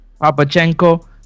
Papachenko